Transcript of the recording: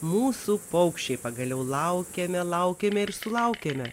mūsų paukščiai pagaliau laukėme laukėme ir sulaukėme